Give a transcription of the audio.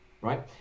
right